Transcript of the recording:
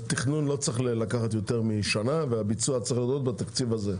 התכנון לא צריך לקחת יותר משנה והביצוע צריך להיות עוד בתקציב הזה.